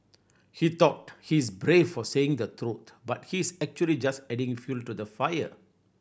he thought he's brave for saying the truth but he's actually just adding fuel to the fire